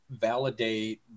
validate